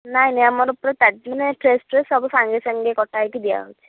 ନାହିଁ ନାହିଁ ଆମର ପୁରା ମାନେ ଫ୍ରେଶ୍ ଫ୍ରେଶ୍ ସବୁ ସାଙ୍ଗେ ସାଙ୍ଗେ କଟାହେଇକି ଦିଆହେଉଛି